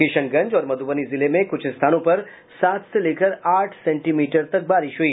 किशनगंज और मधुबनी जिले में कुछ स्थानों पर सात से लेकर आठ सेंटीमीटर तक बारिश हुई